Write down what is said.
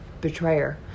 Betrayer